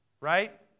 Right